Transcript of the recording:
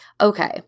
okay